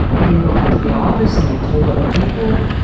we didn't go back to the office and he told other people,